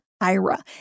IRA